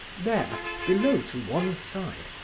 there, below to one side,